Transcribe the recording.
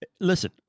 Listen